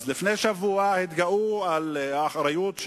אז לפני שבוע התגאו על האחריות,